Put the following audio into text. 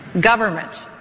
Government